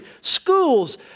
Schools